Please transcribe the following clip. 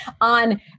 on